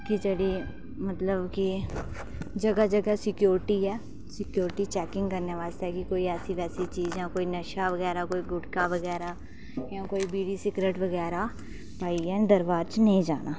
कि जेह्ड़ी मतलब कि जगह जगह सिक्योरिटी ऐ सिक्योरिटी चैकिंग करने आस्तै कि कोई ऐसी वैसी चीज जां कोई नशा वगैरा कोई गुटखा वगैरा जां कोई बीड़ी सिगरेट बगैरा पाइयै दरबार च नेईं जाना